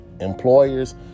employers